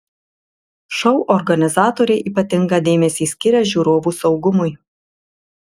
šou organizatoriai ypatingą dėmesį skiria žiūrovų saugumui